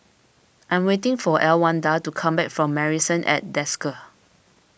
I am waiting for Elwanda to come back from Marrison at Desker